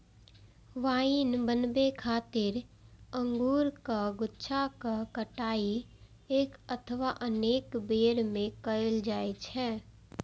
wine बनाबै खातिर अंगूरक गुच्छाक कटाइ एक अथवा अनेक बेर मे कैल जाइ छै